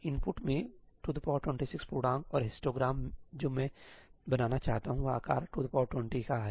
तो इनपुट में 226 पूर्णांक और हिस्टोग्राम जो मैं बनाना चाहता हूं वह आकार 220 का है